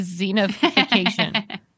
Zenification